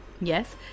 yes